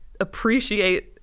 appreciate